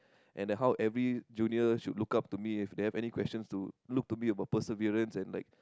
and that how every junior should look up to me if they have any questions to look to me about perseverance and like